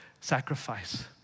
sacrifice